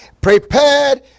prepared